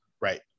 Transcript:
right